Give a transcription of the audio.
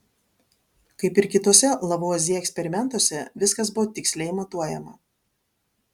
kaip ir kituose lavuazjė eksperimentuose viskas buvo tiksliai matuojama